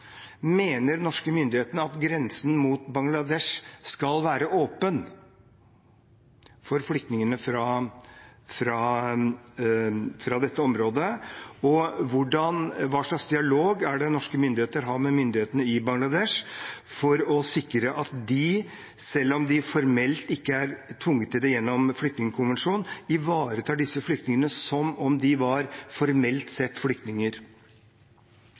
Mener norske myndigheter at grensen mot Bangladesh skal være åpen for flyktningene fra dette området? Hva slags dialog har norske myndigheter med myndighetene i Bangladesh for å sikre at de, selv om de formelt sett ikke er tvunget til det gjennom flyktningkonvensjonen, ivaretar disse flyktningene som om de formelt sett var flyktninger?